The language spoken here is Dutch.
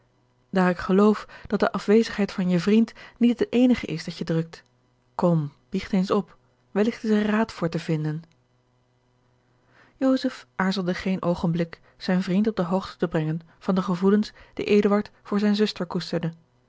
daar ik geloof dat de afwezigheid van je vriend niet het eenige is dat je drukt kom biecht eens op welligt is er raad voor te vinden joseph aarzelde geen oogenblik zijn vriend op de hoogte te brengen van de gevoelens die eduard voor zijne zuster koesterde